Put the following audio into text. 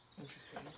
Interesting